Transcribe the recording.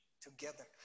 together